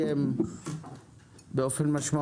אנחנו ממשיכים ומתכוונים היום לסיים באופן משמעותי